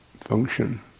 function